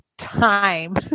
Time